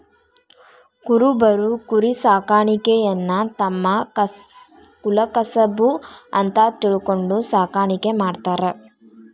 ಕುರಬರು ಕುರಿಸಾಕಾಣಿಕೆಯನ್ನ ತಮ್ಮ ಕುಲಕಸಬು ಅಂತ ತಿಳ್ಕೊಂಡು ಸಾಕಾಣಿಕೆ ಮಾಡ್ತಾರ